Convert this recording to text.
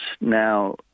now